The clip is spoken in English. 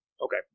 Okay